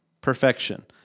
Perfection